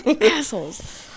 assholes